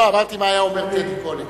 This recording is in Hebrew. מצטט את טדי קולק